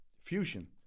Fusion